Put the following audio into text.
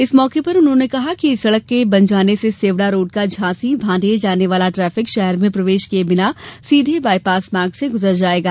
इस मौके पर उन्होंने कहा कि इस सड़क के बन जाने से सेवढ़ा रोड का झांसी भाण्डेर जाने वाला ट्राफिक शहर में प्रवेश किए बिना सीधे बायपास मार्ग से गूजर जाएगा